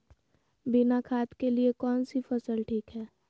बिना खाद के लिए कौन सी फसल ठीक है?